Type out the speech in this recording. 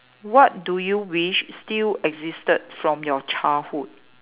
what do you wish still existed from your childhood